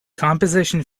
composition